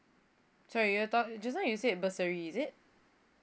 sorry you talk just now you said bursary is it